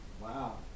Wow